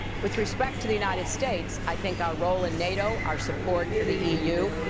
with respect to the united states, i think our role in nato, our support for the e u,